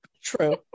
true